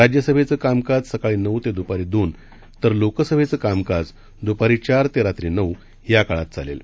राज्यसभेचं कामकाज सकाळी नऊ ते दुपारी दोन तर लोकसभेचं कामकाज दुपारी चार ते रात्री नऊ या काळात चालेल